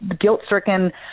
guilt-stricken